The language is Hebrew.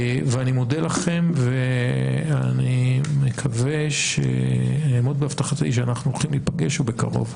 אני מודה לכם ואני מקווה שאעמוד בהבטחתי שאנחנו הולכים להיפגש ובקרוב,